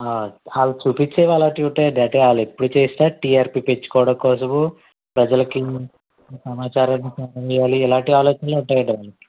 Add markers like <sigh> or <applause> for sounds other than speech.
అవి చూపించేవి అలాంటివి ఉంటాయండి అంటే వాళ్ళు ఎప్పుడూ చేసినా టీఆర్పి పెంచుకోవడం కోసము ప్రజలకు సమాచారం <unintelligible> ఇద్దామని ఇలాంటి ఆలోచనలే ఉంటాయండి అన్ని